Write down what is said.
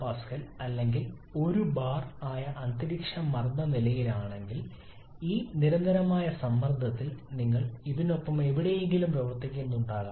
1 MPa അല്ലെങ്കിൽ 1 bar ആയ അന്തരീക്ഷമർദ്ദ നിലയിലാണെങ്കിൽ ഈ നിരന്തരമായ സമ്മർദ്ദത്തിൽ നിങ്ങൾ ഇതിനൊപ്പം എവിടെയെങ്കിലും പ്രവർത്തിക്കുന്നുണ്ടാകാം